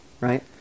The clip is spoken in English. right